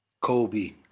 Kobe